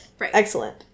excellent